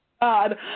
God